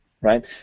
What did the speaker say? right